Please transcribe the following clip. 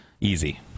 Easy